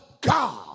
God